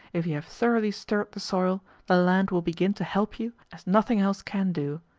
if you have thoroughly stirred the soil, the land will begin to help you as nothing else can do.